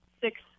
six